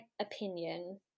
opinion